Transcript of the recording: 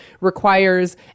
requires